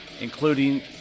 including